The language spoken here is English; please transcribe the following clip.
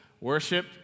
Worship